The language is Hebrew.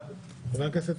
כמו החוק הזה בעצמו.